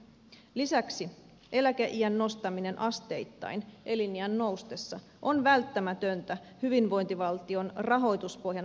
lisäksi eläkeiän nostaminen asteittain eliniän noustessa on välttämätöntä hyvinvointivaltion rahoituspohjan vahvistamiseksi